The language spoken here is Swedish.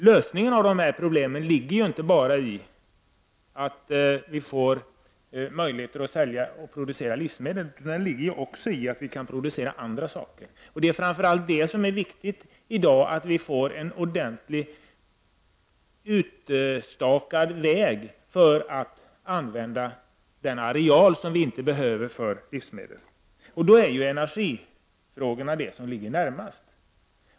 Lösningen av dessa problem ligger inte bara i att vi får möjligheter att producera livsmedel, utan också i att vi kan producera andra saker. Det är i dag framför allt viktigt att vi får en ordentligt utstakad väg för hur vi skall använda den areal vi inte behöver för livsmedel. Då ligger energifrågorna närmast.